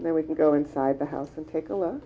and then we can go inside the house and take a l